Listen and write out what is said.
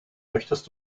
möchtest